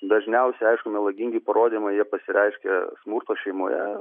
dažniausiai aišku melagingi parodymai jie pasireiškia smurto šeimoje